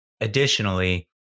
Additionally